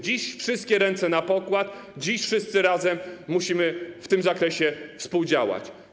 Dziś wszystkie ręce na pokład, dziś wszyscy razem musimy w tym zakresie współdziałać.